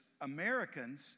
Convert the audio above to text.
Americans